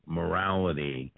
morality